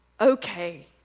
okay